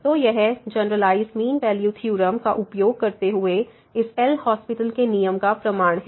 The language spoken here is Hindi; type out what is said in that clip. तो यह जनरलआईस मीन वैल्यू थ्योरम का उपयोग करते हुए इस एल हास्पिटल LHospital के नियम का प्रमाण है